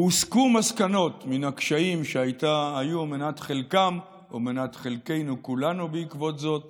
הוסקו מסקנות מן הקשיים שהיו מנת חלקם או מנת חלקנו כולנו בעקבות זאת